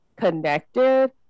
connected